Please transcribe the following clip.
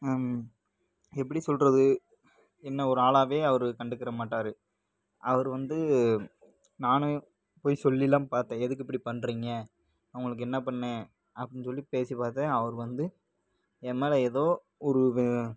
எப்படி சொல்கிறது என்ன ஒரு ஆளாவே அவரு கண்டுக்கிறமாட்டாரு அவரு வந்து நானும் போயி சொல்லடலாம் பார்த்தேன் எதுக்கு இப்படி பண்ணுறீங்க நான் உங்களுக்கு என்ன பண்ணிணேன் அப்படின்னு சொல்லி பேசி பார்த்தேன் அவரு வந்து ஏன் மேலே எதோ ஒரு வ